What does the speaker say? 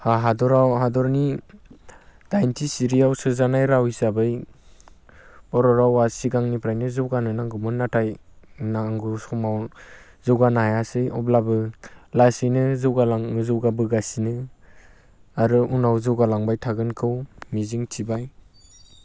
हादराव हादरनि दाइनथि सिरियाव सोजानाय हिसाबै बर' रावआ सिगांनिफ्रायनो जौगानो नांगौमोन नाथाय नांगौ समाव जौगानो हायासै अब्लाबो लासैनो जौगालां जौगाबोगासिनो आरो उनाव जौगालांबाय थागोनखौ मिजिं थिबाय